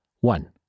One